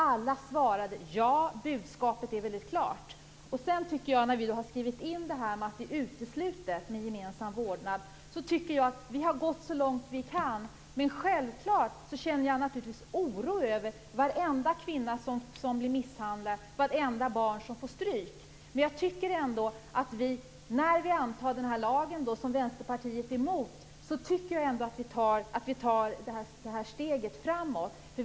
Alla svarade: Ja, budskapet är väldigt klart. När vi sedan har skrivit in detta med att det är uteslutet med gemensam vårdnad tycker jag att vi har gått så långt vi kan. Självklart känner jag oro över varenda kvinna som blir misshandlad och vartenda barn som får stryk. Men jag tycker ändå att vi, när vi antar den här lagen som Vänsterpartiet är emot, tar ett steg framåt.